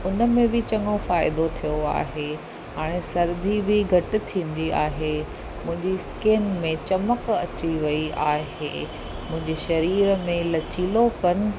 उनमें बि चङो फ़ाइदो थियो आहे हाणे सर्दी बि घटि थींदी आहे मुंहिंजी स्किन में चिम्क अची वई आहे मुंहिंजी शरीर में लचिलोपन